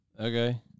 Okay